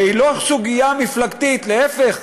והיא לא סוגיה מפלגתית, להפך,